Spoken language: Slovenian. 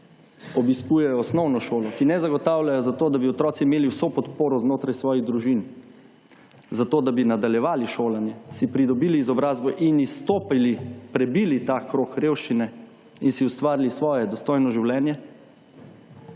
obiskujejo osnovno šolo, ki ne zagotavljajo zato, da bi otroci imeli vso podporo znotraj svojih družin, zato da bi nadaljevali šolanje, si pridobili izobrazbo in izstopili, prebili ta krog revščine in si ustvarili svoje dostojno življenje.